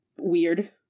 weird